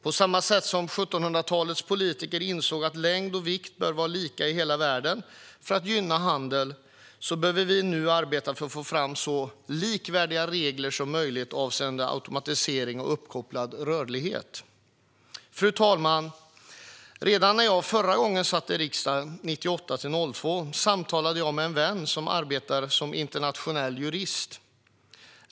På samma sätt som 1700-talets politiker insåg att längder och vikter bör vara lika i hela världen för att gynna handel behöver vi nu arbeta för att få fram så likvärdiga regler som möjligt avseende automatiserad och uppkopplad rörlighet. Fru talman! Redan när jag förra gången satt i riksdagen, 1998-2002, samtalade jag med en vän som arbetar som internationell jurist.